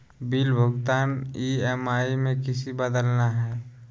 Bill के भुगतान EMI में किसी बदलना है?